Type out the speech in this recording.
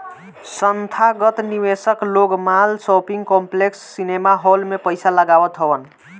संथागत निवेशक लोग माल, शॉपिंग कॉम्प्लेक्स, सिनेमाहाल में पईसा लगावत हवन